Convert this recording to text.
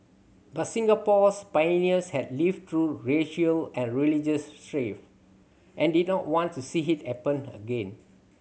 but Singapore's pioneers had lived through racial and religious strife and did not want to see it happen again